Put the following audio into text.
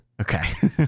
Okay